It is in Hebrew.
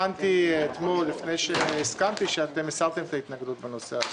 הבנתי אתמול לפני שהסכמתי שאתם הסרתם את ההתנגדות בנושא הזה,